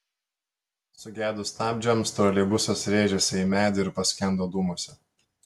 sugedus stabdžiams troleibusas rėžėsi į medį ir paskendo dūmuose